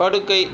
படுக்கை